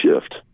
shift